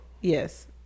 Yes